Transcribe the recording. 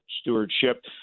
stewardship